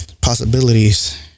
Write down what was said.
possibilities